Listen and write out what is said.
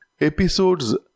episodes